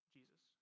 Jesus